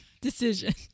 Decision